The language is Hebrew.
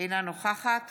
אינה נוכחת